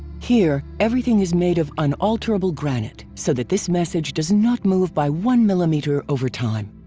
here, everything is made of unalterable granite so that this message does not move by one millimeter over time.